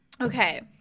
okay